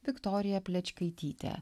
viktorija plečkaityte